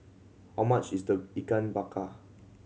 how much is the Ikan Bakar